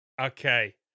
Okay